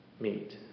meet